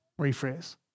rephrase